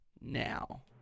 now